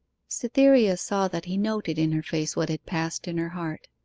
cytherea saw that he noted in her face what had passed in her heart,